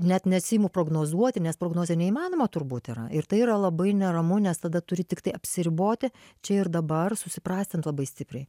net nesiimu prognozuoti nes prognozė neįmanoma turbūt yra ir tai yra labai neramu nes tada turi tiktai apsiriboti čia ir dabar susiprastint labai stipriai